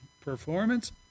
performance